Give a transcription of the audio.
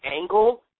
angle